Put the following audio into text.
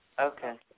Okay